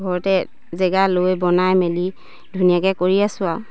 ঘৰতে জেগা লৈ বনাই মেলি ধুনীয়াকে কৰি আছোঁ আৰু